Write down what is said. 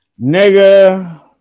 nigga